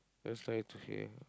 just try to hear